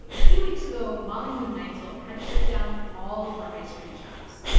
a few weeks ago, molly moon neitzel had to shut down all of her ice cream shops.